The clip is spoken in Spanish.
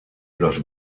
los